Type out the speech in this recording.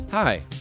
Hi